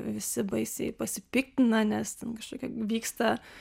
visi baisiai pasipiktina nes ten kažkokie vyksta